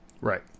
Right